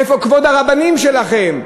איפה כבוד הרבנים שלכם?